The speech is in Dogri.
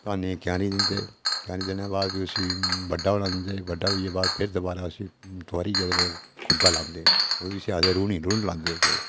धान्नै दी क्यारी दिंदे क्यारी देने दे बाद ओह् उस्सी बड्डा होना दिंदे बड्डा होने बाद फिर दोबारा उस्सी तुआरियै लोक खुम्बै लांदे लोक उस्सी आखदे रूहनी लांदे तो